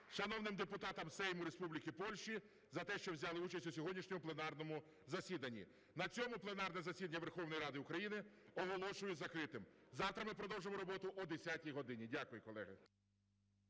шановним депутатам Сейму Республіки Польща за те, що взяли участь у сьогоднішньому пленарному засіданні. На цьому пленарне засідання Верховної Ради України оголошую закритим. Завтра ми продовжимо роботу о 10 годині. Дякую, колеги.